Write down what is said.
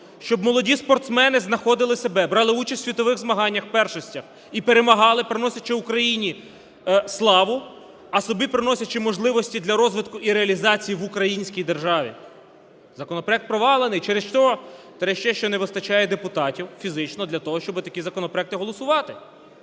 щоб молоді спортсмени знаходили себе, брали участь в світових змаганнях, в першостях і перемагали, приносячи Україні славу, а собі приносячи можливості для розвитку і реалізації в українській державі. Законопроект провалений через що? Через те, що не вистачає депутатів фізично для того, щоби такі законопроекти голосувати.